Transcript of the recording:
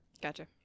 Gotcha